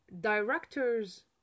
director's